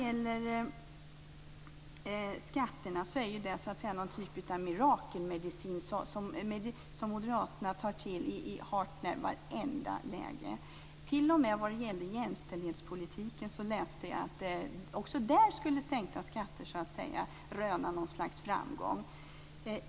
Sänkta skatter är någon typ av mirakelmedicin som Moderaterna tar till i hart när vartenda läge. Jag läste att t.o.m. i jämställdhetspolitiken skulle sänkta skatter röna något slags framgång.